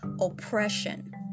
oppression